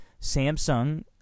samsung